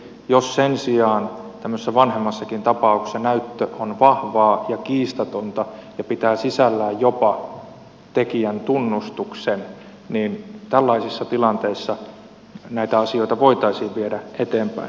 jos sen sijaan tämmöisessä vanhemmassakin tapauksessa näyttö on vahvaa ja kiistatonta ja pitää sisällään jopa tekijän tunnustuksen niin tällaisissa tilanteissa näitä asioita voitaisiin viedä eteenpäin